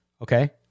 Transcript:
Okay